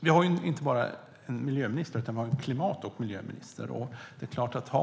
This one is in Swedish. Vi har inte en miljöminister, utan vi har en klimat och miljöminister.